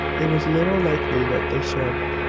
it was little likely that they should.